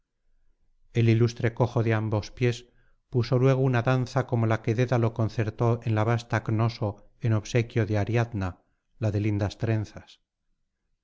el ilustre cojo de ambos pies puso luego una danza como la que dédalo concertó en la vasta cnoso en obsequio de ariadna la de lindas trenzas